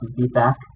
feedback